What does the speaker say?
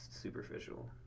superficial